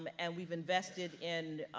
um and we've invested in,